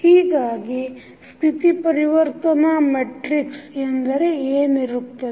ಹೀಗಾಗಿ ಸ್ಥಿತಿ ಪರಿವರ್ತನಾ ಮೆಟ್ರಿಕ್ಸ್ ಎಂದರೆ ಏನಿರುತ್ತದೆ